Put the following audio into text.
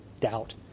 doubt